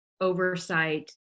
oversight